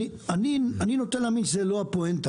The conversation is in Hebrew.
אני נוטה להאמין שזה לא הפואנטה.